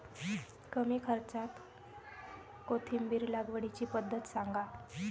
कमी खर्च्यात कोथिंबिर लागवडीची पद्धत सांगा